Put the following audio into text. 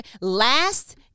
last